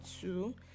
two